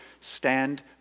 stand